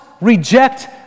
reject